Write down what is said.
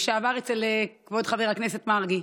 לשעבר אצל כבוד חבר הכנסת מרגי.